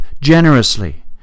generously